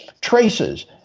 traces